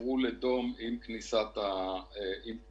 עברו לדום עם כניסת הקורונה.